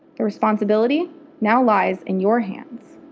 the responsibility now lies in your hands.